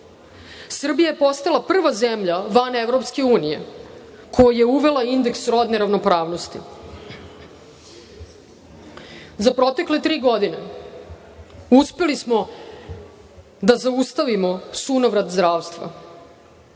Srbija je postala prva zemlja van EU koja je uvela indeks rodne ravnopravnosti.Za protekle tri godine uspeli smo da zaustavimo sunovrat zdravstva.